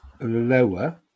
lower